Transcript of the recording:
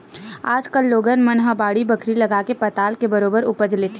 आज कल लोगन मन ह बाड़ी बखरी लगाके पताल के बरोबर उपज लेथे